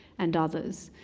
and others.